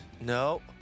No